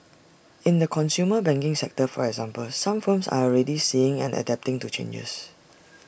in the consumer banking sector for example some firms are already seeing and adapting to changes